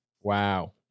wow